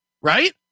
Right